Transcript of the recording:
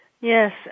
Yes